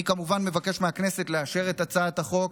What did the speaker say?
אני כמובן מבקש מהכנסת לאשר את הצעת החוק.